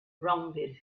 rounded